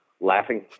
laughing